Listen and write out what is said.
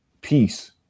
peace